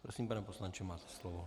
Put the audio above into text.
Prosím, pane poslanče, máte slovo.